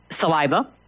saliva